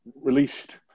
released